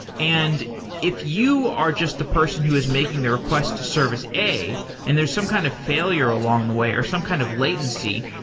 and if you are just the person who is making the request to service a and there's some kind of failure along the way or some kind of latency,